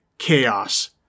chaos